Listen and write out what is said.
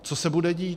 Co se bude dít.